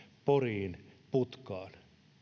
poriin putkaan